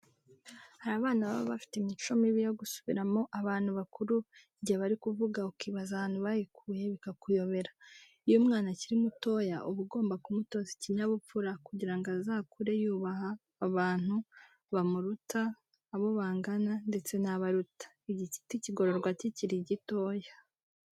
Hari abana baba bafite imico mibi yo gusubiramo abantu bakuru igihe bari kuvuga ukibaza ahantu bayikuye bikakuyobera. Iyo umwana akiri mutoya uba ugomba kumutoza ikinyabupfura kugira ngo azakure yubaha abantu bamuruta, abo bangana ndetse n'abo aruta. Igiti kigororwa kikiri gitoya.